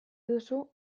duzu